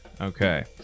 okay